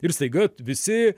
ir staiga visi